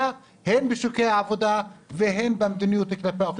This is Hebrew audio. והגזענות הן בשוקי העבודה והן במדיניות כלפי האוכלוסייה,